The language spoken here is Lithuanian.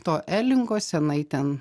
to elingo senai ten